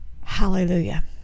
Hallelujah